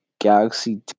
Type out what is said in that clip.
Galaxy